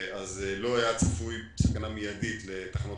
אז לא הייתה צפויה סכנה מיידית לתחנות